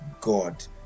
God